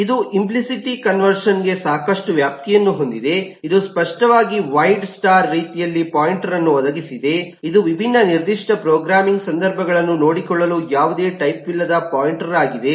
ಇದು ಇಂಪ್ಲಿಸಿಟಿ ಕನ್ವರ್ಷನ್ಗೆ ಸಾಕಷ್ಟು ವ್ಯಾಪ್ತಿಯನ್ನು ಹೊಂದಿದೆಇದು ಸ್ಪಷ್ಟವಾಗಿ ವೈಡ್ ಸ್ಟಾರ್ ರೀತಿಯ ಪಾಯಿಂಟರ್ ಅನ್ನು ಒದಗಿಸಿದೆಇದು ವಿಭಿನ್ನ ನಿರ್ದಿಷ್ಟ ಪ್ರೋಗ್ರಾಮಿಂಗ್ ಸಂದರ್ಭಗಳನ್ನು ನೋಡಿಕೊಳ್ಳಲು ಯಾವುದೇ ಟೈಪ್ ವಿಲ್ಲದ ಪಾಯಿಂಟರ್ ಆಗಿದೆ